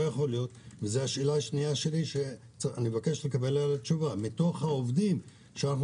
זאת השאלה השנייה שלי שאני מבקש לקבל עליה תשובה: מתוך העובדים שאנחנו